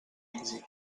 èxit